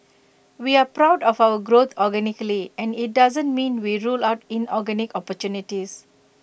we're proud of our growth organically and IT doesn't mean we rule out inorganic opportunities